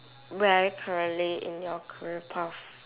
where currently in your career path